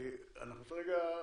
נכון.